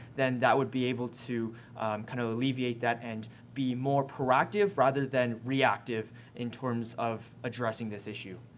then that would be able to kind of alleviate that and be more proactive rather than reactive in terms of addressing this issue.